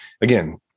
again